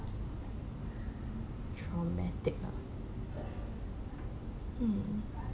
traumatic ah hmm